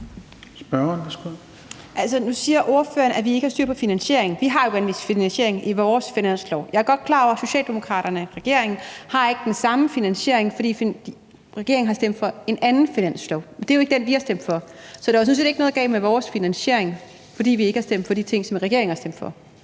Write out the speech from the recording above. Altså, nu siger ordføreren, at vi ikke har styr på finansieringen. Vi har en finansiering i vores finanslov. Jeg er godt klar over, at Socialdemokraterne, regeringen, ikke har den samme finansiering, fordi regeringen har stemt for en anden finanslov, men det er jo ikke den, vi har stemt for. Så der er sådan set ikke noget galt med vores finansiering, fordi vi ikke har stemt for de ting, som regeringen har stemt for.